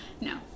No